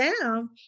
down